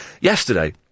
Yesterday